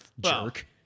Jerk